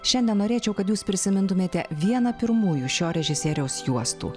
šiandien norėčiau kad jūs prisimintumėte vieną pirmųjų šio režisieriaus juostų